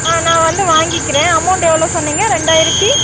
ஆ நான் வந்து வாங்கிக்கிறேன் அமௌண்ட்டு எவ்வளோ சொன்னிங்க ரெண்டாயிரத்து